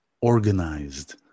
organized